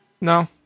No